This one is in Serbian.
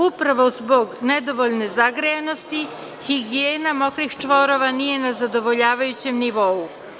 Upravo zbog nedovoljne zagrejanosti, higijena mokrih čvorova nije na zadovoljavajućem nivou.